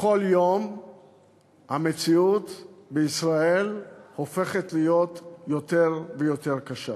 בכל יום המציאות בישראל הופכת להיות יותר ויותר קשה.